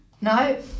No